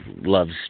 loves